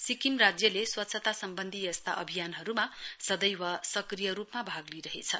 सिक्किम राज्यले स्वच्छता सम्वन्धी यस्ता अभियानहरुमा सदैव सक्रिय रुपमा भागलिइरहेछ